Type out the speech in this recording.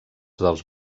dels